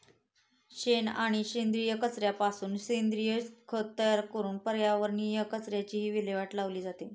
शेण आणि सेंद्रिय कचऱ्यापासून सेंद्रिय खत तयार करून पर्यावरणीय कचऱ्याचीही विल्हेवाट लावली जाते